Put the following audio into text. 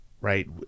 right